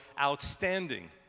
outstanding